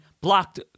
blocked